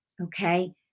Okay